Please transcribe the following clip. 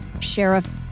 Sheriff